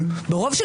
בחיפה,